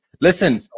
Listen